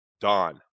Don